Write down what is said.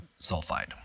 sulfide